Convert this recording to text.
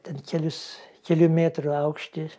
ten kelis kelių metrų aukšty